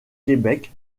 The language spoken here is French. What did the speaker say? québec